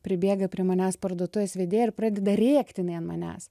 pribėga prie manęs parduotuvės vedėja ir pradeda rėkt jinai ant manęs